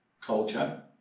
Culture